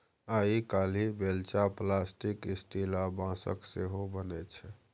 आइ काल्हि बेलचा plastic, steel आ बाँसक सेहो बनै छै